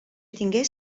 tingués